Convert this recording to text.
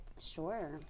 Sure